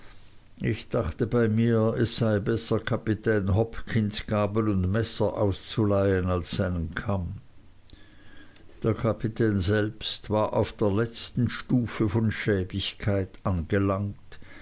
ich dachte bei mir es sei besser kapitän hopkins gabel und messer auszuleihen als seinen kamm der kapitän selbst war auf der letzten stufe von schäbigkeit angelangt